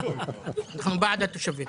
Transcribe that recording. אנחנו בעד התושבים.